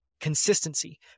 Consistency